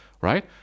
right